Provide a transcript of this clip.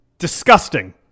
disgusting